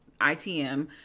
ITM